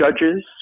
judges